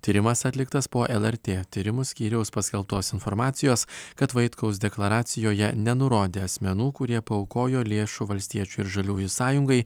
tyrimas atliktas po lrt tyrimų skyriaus paskelbtos informacijos kad vaitkaus deklaracijoje nenurodė asmenų kurie paaukojo lėšų valstiečių ir žaliųjų sąjungai